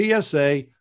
TSA